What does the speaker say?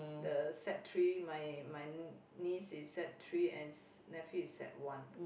the Sec-Three my my niece is Sec-Three and nephew is sec-one